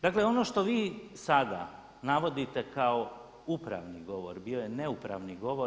Dakle ono što vi sada navodite kao upravni govor bio je neupravni govor.